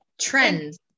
trends